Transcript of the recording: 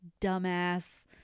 dumbass